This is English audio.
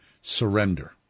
surrender